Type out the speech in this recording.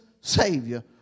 Savior